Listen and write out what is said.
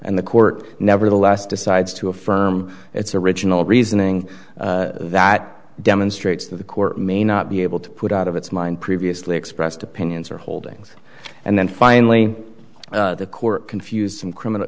and the court nevertheless decides to affirm its original reasoning that demonstrates that the court may not be able to put out of its mind previously expressed opinions or holdings and then finally the court confused some criminal